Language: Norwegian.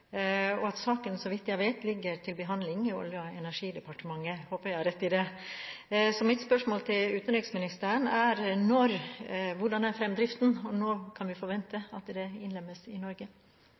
og at saken, så vidt jeg vet, ligger til behandling i Olje- og energidepartementet – jeg håper jeg har rett i det. Så mitt spørsmål til utenriksministeren er: Hvordan er fremdriften, og når kan vi forvente at det innlemmes i Norge?